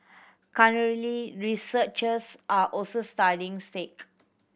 currently researchers are also studying sake